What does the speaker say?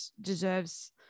deserves